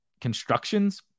constructions